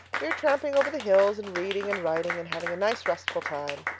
we are tramping over the hills and reading and writing, and having a nice, restful time.